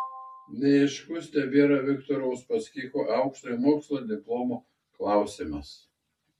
neaiškus tebėra viktoro uspaskicho aukštojo mokslo diplomo klausimas